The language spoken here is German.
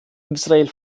israel